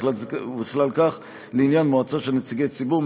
ובכלל זה לעניין מועצה של נציגי ציבור,